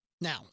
Now